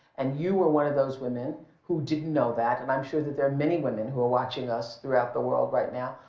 and you were one of those women who didn't know that, and i'm sure that there are many women who are watching us throughout the world right now,